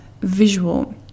visual